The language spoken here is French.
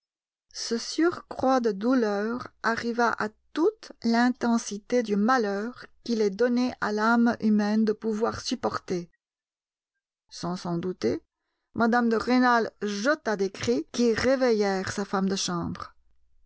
ce surcroît de douleur arriva à toute l'intensité de malheur qu'il est donné à l'âme humaine de pouvoir supporter sans s'en douter mme de rênal jeta des cris qui réveillèrent sa femme de chambre